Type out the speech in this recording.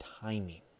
timing